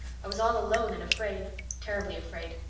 i was all alone and afraid terribly afraid.